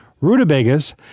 rutabagas